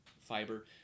fiber